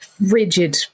rigid